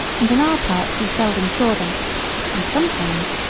and in our parts you seldom saw them and sometimes,